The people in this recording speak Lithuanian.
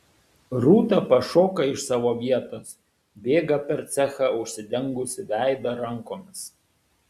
rūta pašoka iš savo vietos bėga per cechą užsidengusi veidą rankomis